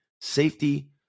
safety